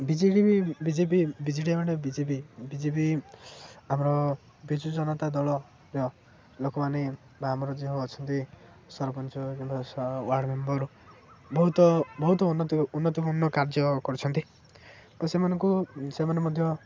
ବି J D B J P ବି J D ଏମାନେ ବି J P ବି J P ଆମର ବିଜୁଜନତା ଦଳର ଲୋକମାନେ ବା ଆମର ଯେଉଁ ଅଛନ୍ତି ସରପଞ୍ଚ କିମ୍ବା ୱାର୍ଡ଼ ମେମ୍ବର ବହୁତ ବହୁତ ଉନ୍ନତି ଉନ୍ନତିପୂର୍ଣ୍ଣ କାର୍ଯ୍ୟ କରଛନ୍ତି ଓ ସେମାନଙ୍କୁ ସେମାନେ ମଧ୍ୟ